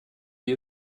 wie